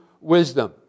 wisdom